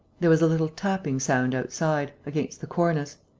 there was a little tapping sound outside, against the cornice.